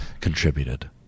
contributed